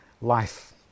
life